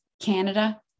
Canada